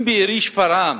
אם בעירי, שפרעם,